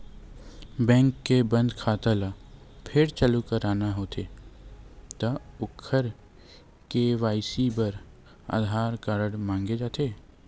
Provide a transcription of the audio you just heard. bank के बंद खाता ल फेर चालू करवाना होथे त ओखर के.वाई.सी बर आधार कारड मांगे जाथे